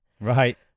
right